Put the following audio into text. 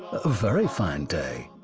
a very fine day,